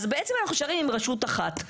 אז בעצם אנחנו נשארים עם רשות אחת.